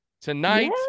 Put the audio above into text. tonight